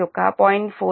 యొక్క 0